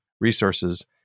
resources